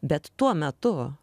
bet tuo metu